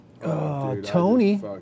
Tony